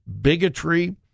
bigotry